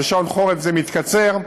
בשעון חורף זה מתקצר,